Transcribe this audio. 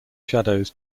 shadows